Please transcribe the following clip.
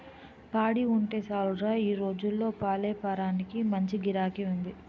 పాడి ఉంటే సాలురా ఈ రోజుల్లో పాలేపారానికి మంచి గిరాకీ ఉంది